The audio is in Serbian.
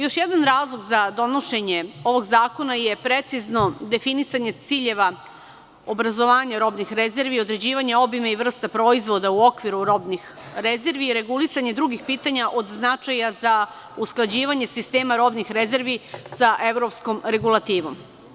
Još jedan razlog za donošenje ovog zakona je precizno definisanje ciljeva obrazovanja robnih rezervi, određivanje obima i vrsta proizvoda u okviru robnih rezervi i regulisanje drugih pitanja od značaja za usklađivanje sistema robnih rezervi sa evropskom regulativom.